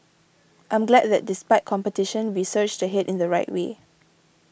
I'm glad that despite competition we surged ahead in the right way